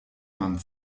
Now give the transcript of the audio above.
man